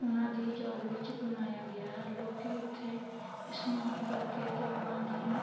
ਉਹਨਾਂ ਦੀ ਯਾਦ ਵਿੱਚ ਬਣਾਇਆ ਗਿਆ ਹੈ ਲੋਕ ਉੱਥੇ ਇਸ਼ਨਾਨ ਕਰਕੇ ਅਤੇ ਉਹਨਾਂ ਦੀਆਂ